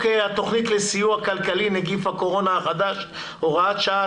התוכנית לסיוע כלכלי (נגיף הקורונה החדש) (הוראת שעה),